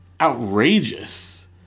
outrageous